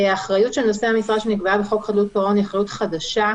אחריות נושאי משרה שנקבעה בחוק חדלות פירעון היא אחריות חדשה,